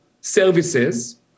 services